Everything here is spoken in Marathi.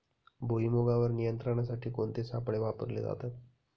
भुईमुगावर नियंत्रणासाठी कोणते सापळे वापरले जातात?